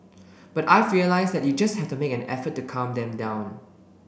but I've realised that you just have to make an effort to calm them down